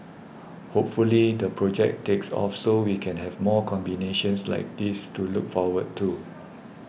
hopefully the project takes off so we can have more combinations like this to look forward to